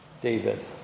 David